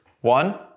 One